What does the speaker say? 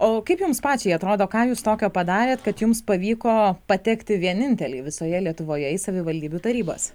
o kaip jums pačiai atrodo ką jūs tokio padarėt kad jums pavyko patekti vieninteliai visoje lietuvoje į savivaldybių tarybas